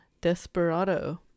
Desperado